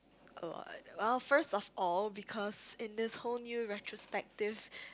uh well first of all because in this whole new retrospective